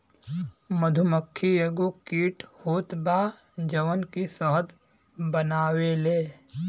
मधुमक्खी एगो कीट होत बा जवन की शहद बनावेले